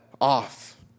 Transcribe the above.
off